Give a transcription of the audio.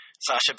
Sasha